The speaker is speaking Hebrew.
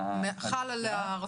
האלה.